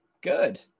good